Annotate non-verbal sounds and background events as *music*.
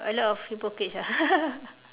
a lot of hypocrites ah *laughs*